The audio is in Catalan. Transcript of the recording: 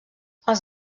els